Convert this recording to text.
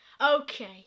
Okay